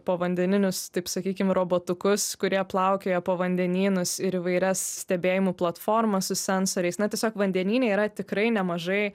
povandeninius taip sakykim robotukus kurie plaukioja po vandenynus ir įvairias stebėjimų platformas su sensoriais na tiesiog vandenyne yra tikrai nemažai